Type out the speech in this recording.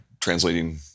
translating